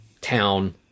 town